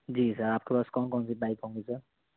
جی sir آپ کے پاس کون کون سی بائک ہوں گی سر